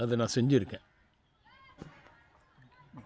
அது நான் செஞ்சிருக்கேன்